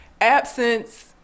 absence